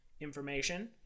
information